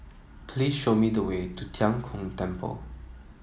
please show me the way to Tian Kong Temple